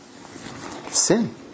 sin